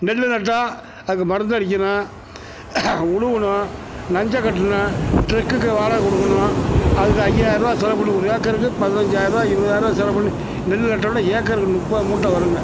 நெல் நட்டால் அதுக்கு மருந்தடிக்கணும் உழுவணும் நஞ்சை கட்டணும் டிரக்குக்கு வாடகை கொடுக்கணும் அதுக்கு ஐயாயிருவா செலவு பண்ணணும் ஒரு ஏக்கருக்கு பதினஞ்சாயிருவா இருவதாயிருவா செலவு பண்ணி நெல் நட்டோம்னா ஏக்கருக்கு முப்பது மூட்டை வருங்க